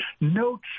No